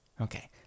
Okay